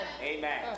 Amen